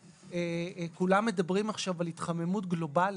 כולם מדברים עכשיו על התחממות גלובלית.